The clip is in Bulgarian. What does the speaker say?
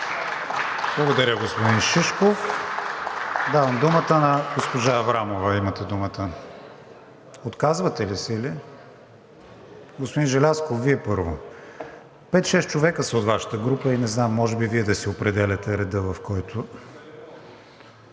Благодаря, господин Шишков. Давам думата на госпожа Аврамова, имате думата. Отказвате ли се или? Господин Желязков, Вие сте първо. Пет-шест човека са от Вашата група и не знам, а може би Вие си определяте реда, в който